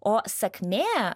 o sakmė